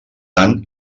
tan